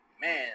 man